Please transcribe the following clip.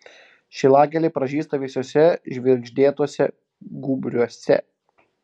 šilagėlė pražysta visuose žvirgždėtuose gūbriuose